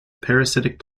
parasitic